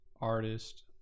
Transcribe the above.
artist